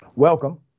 Welcome